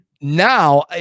Now